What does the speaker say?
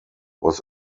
was